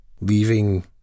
leaving